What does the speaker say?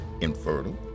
infertile